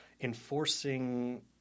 enforcing